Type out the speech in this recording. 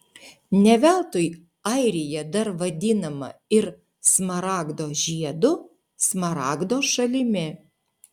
ne veltui airija dar vadinama ir smaragdo žiedu smaragdo šalimi